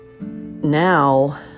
now